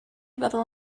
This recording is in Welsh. feddwl